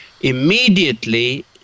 immediately